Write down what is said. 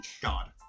God